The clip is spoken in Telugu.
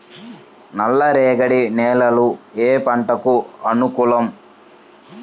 నల్లరేగడి నేలలు ఏ పంటలకు అనుకూలం?